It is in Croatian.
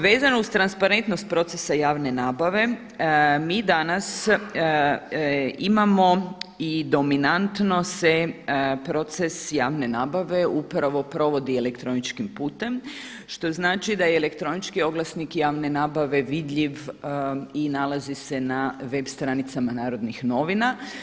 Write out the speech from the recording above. Vezano uz transparentnost procesa javne nabave mi danas imamo i dominantno se proces javne nabave upravo provodi elektroničkim putem što znači da i elektronički oglasnik javne nabave vidljiv i nalazi se na web stranicama Narodnih novina.